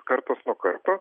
kartas nuo karto